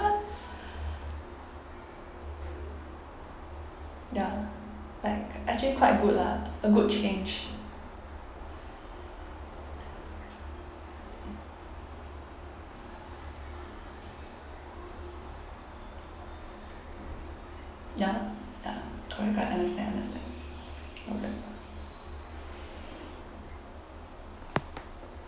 ya like actually quite good lah a good change ya ya correct correct understand understand okay